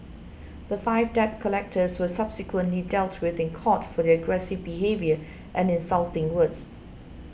the five debt collectors were subsequently dealt with in court for their aggressive behaviour and insulting words